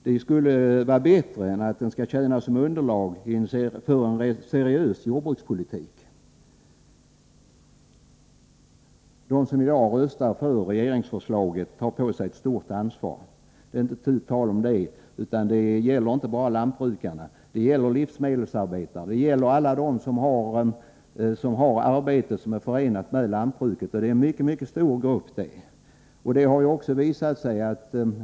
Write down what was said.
Det skulle vara bättre än att propositionen får tjäna som underlag för en seriös jordbrukspolitik. De som i dag röstar för regeringsförslaget tar på sig ett stort ansvar. Det är inte tu tal om det. Detta gäller inte bara lantbrukarna, utan även livsmedelsarbetarna och alla dem som har arbeten som är förbundna med lantbruket. Det gäller alltså en mycket stor grupp.